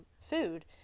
food